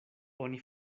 oni